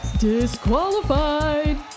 Disqualified